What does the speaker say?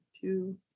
two